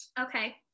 Okay